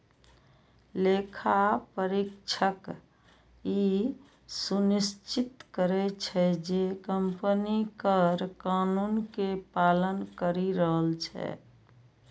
लेखा परीक्षक ई सुनिश्चित करै छै, जे कंपनी कर कानून के पालन करि रहल छै